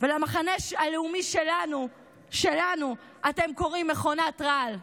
ולמחנה הלאומי שלנו אתם קוראים מכונת רעל.